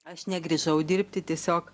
aš negrįžau dirbti tiesiog